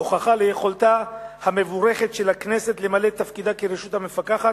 הוכחה ליכולתה המבורכת של הכנסת למלא את תפקידה כרשות המפקחת,